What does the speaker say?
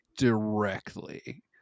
Directly